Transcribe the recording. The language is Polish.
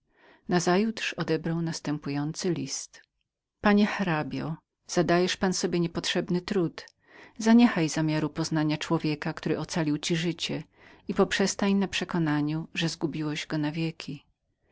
pistolów nazajutrz odebrał następujący list panie hrabio jwielmożny pan zadajesz sobie niepotrzebny trud zaniechaj zamiaru poznania człowieka który ocalił ci życie i poprzestań na przekonaniu że zgubiłeś go na wieki